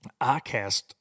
ICAST